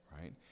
right